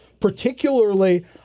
Particularly